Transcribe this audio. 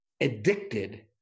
addicted